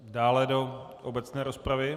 Dále do obecné rozpravy?